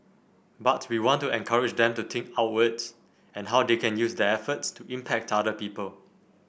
but we want to encourage them to think outwards and how they can use their efforts to impact other people